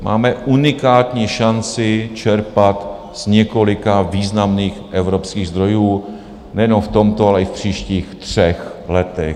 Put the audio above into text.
Máme unikátní šanci čerpat z několika významných evropských zdrojů nejenom v tomto, ale i v příštích třech letech.